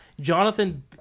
Jonathan